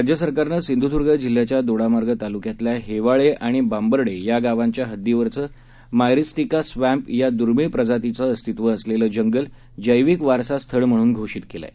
राज्यसरकारनंसिंधुदुर्गजिल्ह्याच्यादोडामार्गतालुक्यातल्याहेवाळेआणिबांबर्डेयागावांच्याहद्दीवरचंमायरिस्टिकास्वॅम्प यादुर्मीळप्रजातींचंअस्तित्वअसलेलंजंगलजैविकवारसास्थळ म्हणूनघोषितकेलंआहे